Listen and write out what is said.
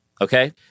Okay